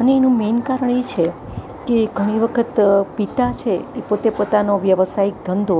અને એનું મેઈન કારણ એ છે કે ઘણી વખત પિતા છે એ પોતે પોતાનો વ્યવસાઈક ધંધો